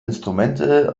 instrumente